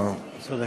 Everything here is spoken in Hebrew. צודק.